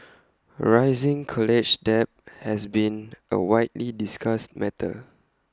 rising college debt has been A widely discussed matter